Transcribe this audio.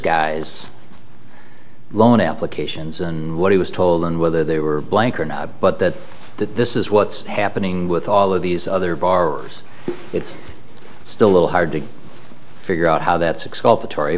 guy's loan applications and what he was told and whether they were blank or not but that that this is what's happening with all of these other bar it's still a little hard to figure out how that six call